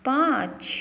पाँच